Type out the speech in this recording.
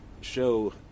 show